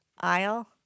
aisle